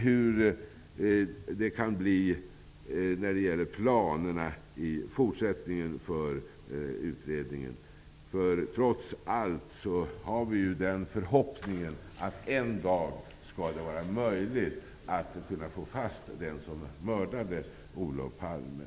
Men det är naturligtvis viktigt att granska de fortsatta planerna för utredningen. Trots allt har vi ju den förhoppningen att det en dag skall vara möjligt att kunna få fast den som mördade Olof Palme.